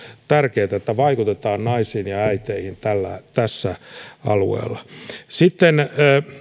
tärkeätä että vaikutetaan naisiin ja äiteihin tällä alueella